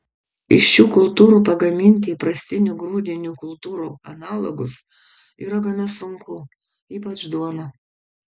iš šių kultūrų pagaminti įprastinių grūdinių kultūrų analogus yra gana sunku ypač duoną